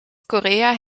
korea